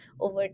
over